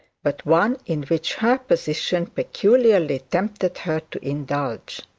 but one in which her position peculiarly tempted her to indulge.